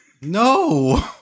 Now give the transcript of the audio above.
No